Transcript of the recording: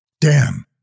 Damn